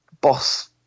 boss